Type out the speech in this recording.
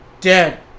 dead